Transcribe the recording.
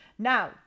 Now